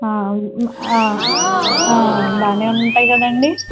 అవును బాగానే ఉంటాయి కదండి